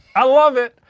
i love it!